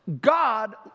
God